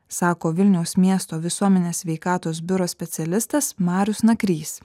sako vilniaus miesto visuomenės sveikatos biuro specialistas marius nakrys